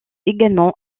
également